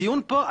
הדיון פה...